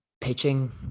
Pitching